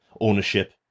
ownership